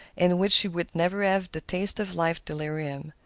in which she would never have the taste of life's delirium.